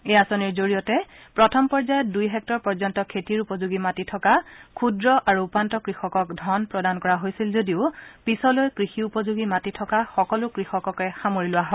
এই আঁচনিৰ জৰিয়তে প্ৰথম পৰ্যায়ত দুই হেক্টৰ পৰ্যন্ত খেতিৰ উপযোগী মাটি থকা ক্ষুদ্ৰ আৰু উপান্ত কৃষকক ধন প্ৰদান কৰা হৈছিল যদিও পিছলৈ কৃষি উপযোগী মাটি থকা সকলো কৃষককে সমাৰি লোৱা হয়